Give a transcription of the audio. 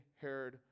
Herod